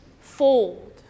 fold